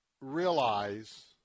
realize